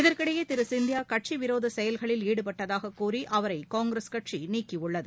இதற்கிடையே திருசிந்தியாகட்சிவிரோதசெயல்களில் ஈடுபட்டதாககூறி அவரைகாங்கிரஸ் கட்சிநீக்கியுள்ளது